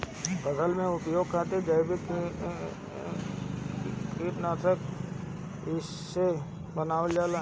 फसल में उपयोग करे खातिर जैविक कीटनाशक कइसे बनावल जाला?